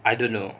I don't know